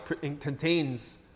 contains